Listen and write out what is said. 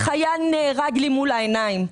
חייל נהרג לי מול העיניים.